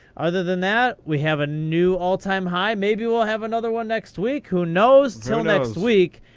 other than that, we have a new all-time high. maybe we'll have another one next week. who knows till next week.